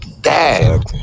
dad